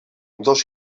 dos